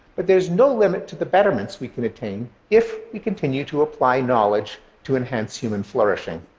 but there's no limit to the betterments we can attain if we continue to apply knowledge to enhance human flourishing.